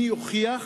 מי יוכיח.